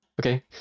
Okay